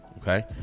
Okay